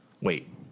wait